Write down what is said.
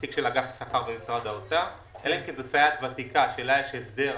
יציג את זה נציג של אגף השכר במשרד האוצר שלה יש הסדר אחר,